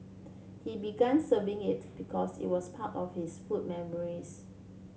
he began serving it because it was part of his food memories